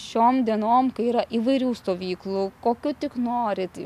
šiom dienom kai yra įvairių stovyklų kokių tik norit